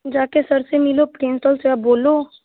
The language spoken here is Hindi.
जाकर सर से मिलो प्रिंपल से आप बोलो